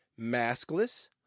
maskless